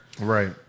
Right